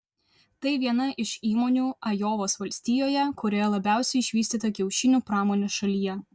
tai viena iš įmonių ajovos valstijoje kurioje labiausiai išvystyta kiaušinių pramonė šalyje